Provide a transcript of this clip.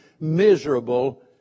miserable